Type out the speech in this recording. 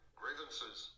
grievances